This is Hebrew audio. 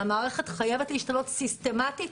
המערכת חייבת להשתנות סיסטמתית,